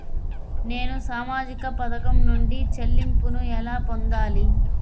నేను సామాజిక పథకం నుండి చెల్లింపును ఎలా పొందాలి?